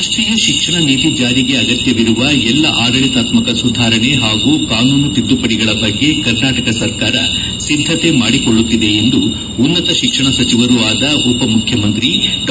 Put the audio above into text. ರಾಷ್ಟೀಯ ಶಿಕ್ಷಣ ನೀತಿ ಜಾರಿಗೆ ಅಗತ್ಯವಿರುವ ಎಲ್ಲ ಆಡಳಿತಾತ್ಮಕ ಸುಧಾರಣೆ ಹಾಗೂ ಕಾನೂನು ತಿದ್ದುಪದಿಗಳ ಬಗ್ಗೆ ಕರ್ನಾಟಕ ಸರ್ಕಾರ ಸಿದ್ದತೆ ಮಾಡಿಕೊಳ್ಳುತ್ತಿದೆ ಎಂದು ಉನ್ನತ ಶಿಕ್ಷಣ ಸಚಿವರೂ ಆದ ಉಪಮುಖ್ಯಮಂತ್ರಿ ಡಾ